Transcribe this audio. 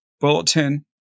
Bulletin